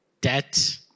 debt